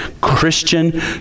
Christian